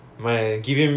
ya